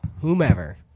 whomever